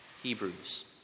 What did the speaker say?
Hebrews